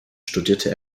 studierte